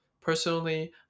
Personally